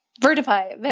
verify